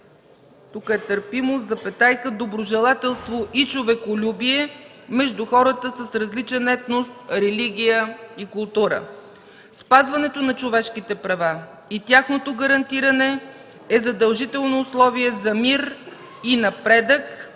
за търпимост, доброжелателство и човеколюбие между хората с различен етнос, религия и култура. Спазването на човешките права и тяхното гарантиране е задължително условие за мир и напредък